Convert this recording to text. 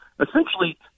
Essentially